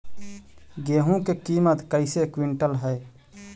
गेहू के किमत कैसे क्विंटल है?